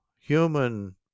human